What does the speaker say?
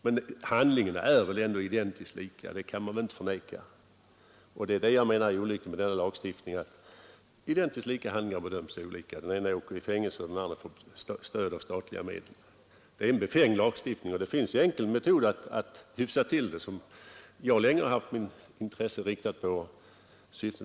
Men handlingarna är identiskt lika, det går väl inte att förneka! Och det är det jag menar är det olyckliga med lagstiftningen, att identiskt lika handlingar bedöms olika; den ene kan åka i fängelse, den andre får stöd av statliga medel. Det är ju en befängd lagstiftning. Och det finns en enkel metod att hyfsa till förhållandena, en metod som jag länge har haft mitt intresse inriktat på.